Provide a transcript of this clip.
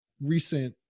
recent